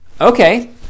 okay